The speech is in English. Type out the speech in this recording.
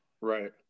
Right